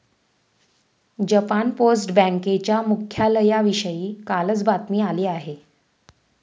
Japan post बँकेच्या मुख्यालयाविषयी कालच बातमी आली आहे